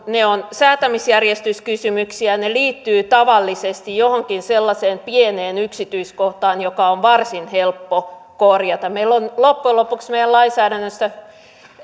ne ovat säätämisjärjestyskysymyksiä liittyvät tavallisesti johonkin sellaiseen pieneen yksityiskohtaan joka on varsin helppo korjata meillä on loppujen lopuksi meidän lainsäädännössä